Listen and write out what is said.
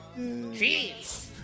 Jeez